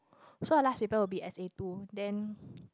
so the last paper will be S_A two then